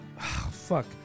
fuck